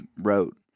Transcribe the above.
wrote